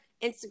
Instagram